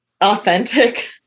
authentic